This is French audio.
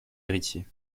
héritier